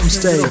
Stay